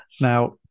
Now